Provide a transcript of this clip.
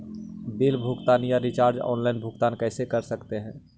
Bill भुगतान या recharge online भुगतान कर सकते हैं?